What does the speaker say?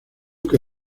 que